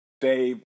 Dave